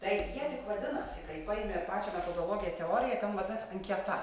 tai jie tik vadinasi kai paimi pačią metodologiją teoriją ten vadinasi anketa